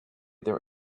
their